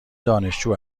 دانشجو